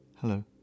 Hello